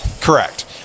Correct